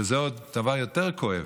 שזה דבר שהוא עוד יותר כואב,